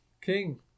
king